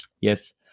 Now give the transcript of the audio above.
Yes